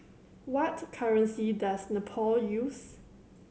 what currency does Nepal use